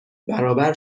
برابر